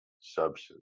substance